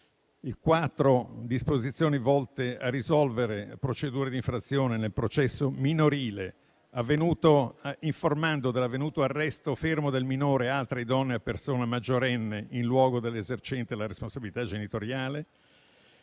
disposizioni volte a risolvere procedure di infrazione nel processo minorile, informando dell'avvenuto arresto o fermo del minore altra idonea persona maggiorenne in luogo dell'esercente la responsabilità genitoriale.